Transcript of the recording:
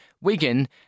Wigan